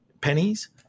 pennies